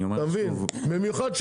במיוחד,